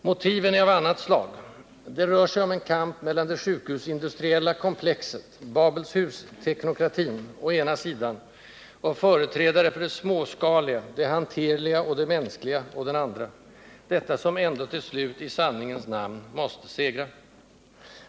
Motiven är av annat slag: det rör sig om en kamp mellan det sjukhusindustriella komplexet, Babels-hus-teknokratin, å ena sidan och företrädare för det småskaliga, det hanterliga och det mänskliga, å den andra — detta som ändå till slut i sanningens namn måste segra.